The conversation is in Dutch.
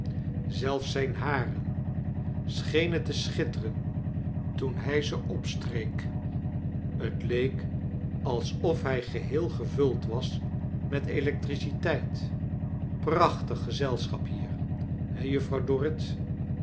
zelfs zijn haren schenen te schitteren toen hij ze opstreek het leek als of hij geheel gevuld was met electriciteit prachtig gez els chap hier he juffrouw dorrit